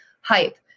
hype